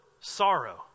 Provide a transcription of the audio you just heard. sorrow